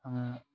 आङो